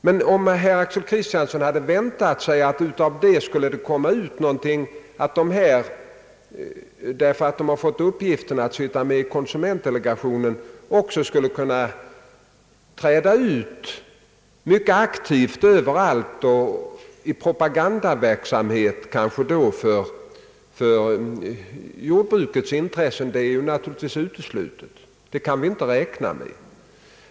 Men om herr Axel Kristiansson hade väntat sig att dessa personer, därför att de fått uppgiften att sitta med i konsumentdelegationen, skulle kunna aktivt deltaga i en propagandaverksamhet för jordbrukets intressen, så vill jag säga att detta naturligtvis är uteslutet. Något sådant kan vi inte räkna med.